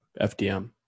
FDM